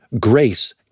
grace